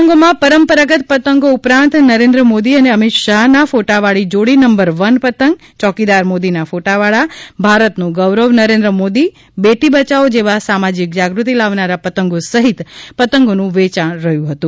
પતંગોમાં પરંપરાગત પતંગો ઉપરાંત નરેન્દ્ર મોદી અને અમિત શાહના ફોટાવાળા જોડી નંબર વન પતંગ ચોકીદાર મોદીના ફોટાવાળા ભારતનું ગૌરવ નરેન્દ્ર મોદી બેટી બચાવો જેવા સામાજિક જાગૃતિ લાવનારા પતંગો સહિત પતંગોનું વેચાણ રહ્યુંહતું